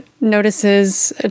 notices